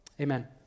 Amen